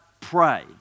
pray